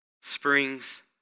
springs